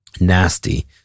nasty